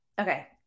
okay